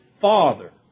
father